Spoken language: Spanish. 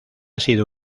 sido